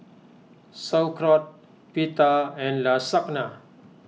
Sauerkraut Pita and Lasagna